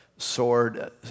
sword